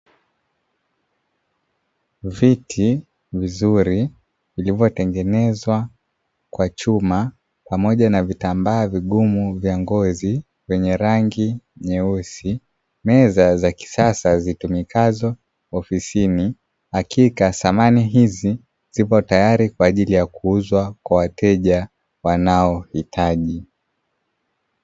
Viti vizuri, vilivyotengenezwa kwa chuma pamoja na vitambaa vigumu vya ngozi, vyenye rangi nyeusi, meza za kisasa zitumikazo ofisini. Hakika samani hizi zipo tayari kwa ajili ya kuuzwa kwa wateja wanaohitaji.